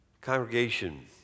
Congregation